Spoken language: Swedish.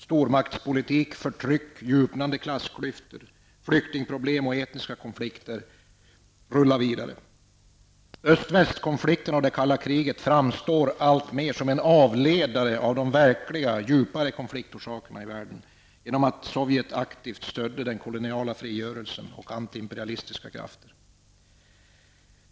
Stormaktspolitik, förtryck, djupnande klassklyftor, flyktingproblem och etniska konflikter rullar på. Öst--väst-konflikten och det kalla kriget framstår alltmer som en avledare av de verkliga djupare konfliktorsakerna i världen genom att Sovjet aktivt stödde den koloniala frigörelsen och antiimperialistiska krafter.